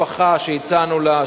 משפחה שהצענו לה,